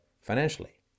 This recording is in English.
financially